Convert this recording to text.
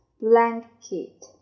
blanket